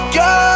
go